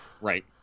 Right